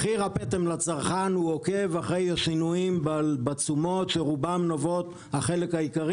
מחיר הפטם לצרכן עוקב אחרי השינויים בתשומות שהחלק העיקרי